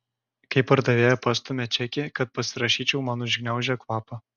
kai pardavėja pastumia čekį kad pasirašyčiau man užgniaužia kvapą